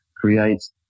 creates